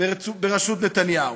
בראשות נתניהו?